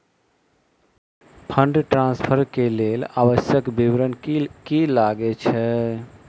Fund transfer केँ लेल आवश्यक विवरण की की लागै छै?